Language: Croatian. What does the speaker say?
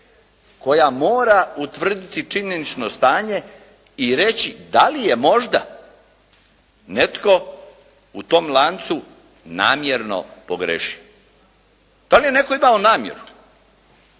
koja mora utvrditi činjenično stanje i reći da li je možda netko u tom lancu namjerno pogriješio. Da li ne netko imao namjeru